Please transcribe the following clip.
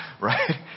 Right